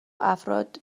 افراد